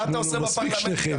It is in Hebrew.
מה אתה עושה בפרלמנט כאן?